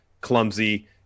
clumsy